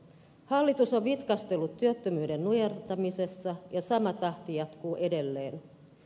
hallitus on vitkastellut työttömyyden nujertamisessa ja sama tahti jatkuu edelleen